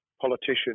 politician